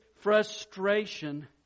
frustration